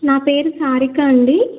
నా పేరు సారిక అండి